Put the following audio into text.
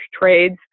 trades